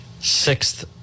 Sixth